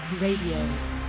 Radio